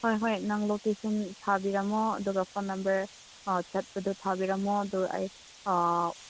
ꯍꯣꯏ ꯍꯣꯏ ꯅꯪ ꯂꯣꯀꯦꯁꯟ ꯊꯥꯕꯤꯔꯝꯃꯣ ꯑꯗꯨꯒ ꯐꯣꯟ ꯅꯝꯕꯔ ꯆꯠꯄꯗꯣ ꯊꯥꯕꯤꯔꯝꯃꯣ ꯑꯗꯨꯒ ꯑꯩ ꯑꯥ